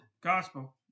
gospel